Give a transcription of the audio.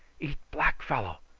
eat black fellow,